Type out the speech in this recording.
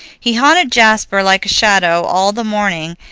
he haunted jasper like a shadow all the morning,